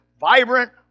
vibrant